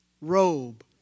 robe